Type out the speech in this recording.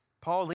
Paul